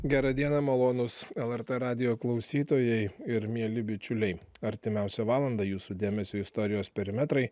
gera diena malonūs lrt radijo klausytojai ir mieli bičiuliai artimiausią valandą jūsų dėmesiui istorijos perimetrai